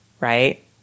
right